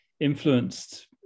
Influenced